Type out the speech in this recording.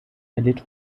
erlitt